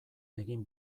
egin